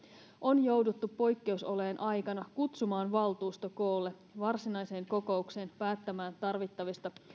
on jouduttu poikkeusolojen aikana kutsumaan valtuusto koolle varsinaiseen kokoukseen päättämään tarvittavista